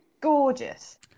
gorgeous